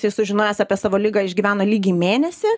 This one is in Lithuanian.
jisai sužinojęs apie savo ligą išgyveno lygiai mėnesį